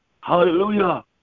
hallelujah